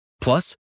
Plus